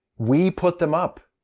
we put them up,